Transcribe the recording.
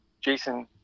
Jason